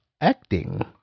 acting